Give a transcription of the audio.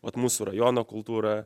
vat mūsų rajono kultūrą